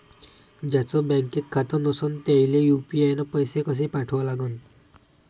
ज्याचं बँकेत खातं नसणं त्याईले यू.पी.आय न पैसे कसे पाठवा लागन?